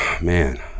man